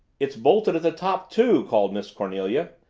it's bolted at the top, too, called miss cornelia.